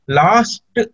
last